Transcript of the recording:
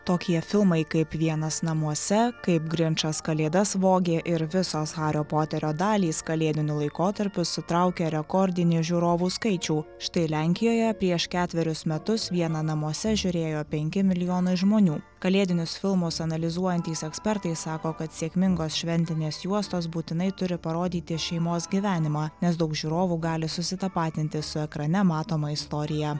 tokie filmai kaip vienas namuose kaip grinčas kalėdas vogė ir visos hario poterio dalys kalėdiniu laikotarpiu sutraukia rekordinį žiūrovų skaičių štai lenkijoje prieš ketverius metus vieną namuose žiūrėjo penki milijonai žmonių kalėdinius filmus analizuojantys ekspertai sako kad sėkmingos šventinės juostos būtinai turi parodyti šeimos gyvenimą nes daug žiūrovų gali susitapatinti su ekrane matoma istorija